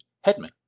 Headman